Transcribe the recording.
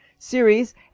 series